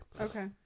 okay